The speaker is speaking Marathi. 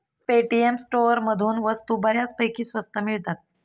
पेटीएम स्टोअरमधून वस्तू बऱ्यापैकी स्वस्त मिळतात